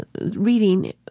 reading